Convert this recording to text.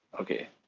Okay